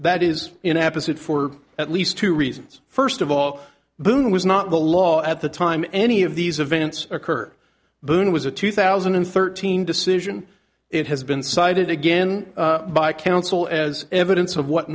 that is in episode four at least two reasons first of all boone was not the law at the time any of these events occur boone was a two thousand and thirteen decision it has been cited again by counsel as evidence of what